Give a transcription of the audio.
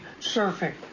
surfing